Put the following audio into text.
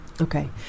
Okay